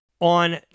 On